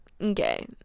Okay